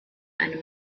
einem